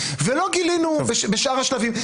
ולא גילינו בשאר השלבים.